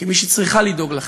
כמי שצריכה לדאוג לחברה,